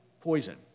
poison